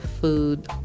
food